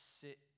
sit